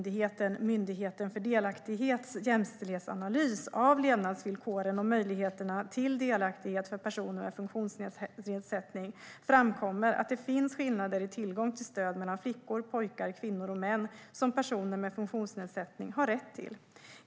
I en jämställdhetsanalys av levnadsvillkoren och möjligheterna till delaktighet för personer med funktionsnedsättning från Myndigheten för delaktighet, numera en Jim-myndighet, framkommer att det finns skillnader i tillgång till stöd mellan flickor och pojkar och kvinnor och män som personer med funktionsnedsättning har rätt till.